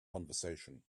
conversation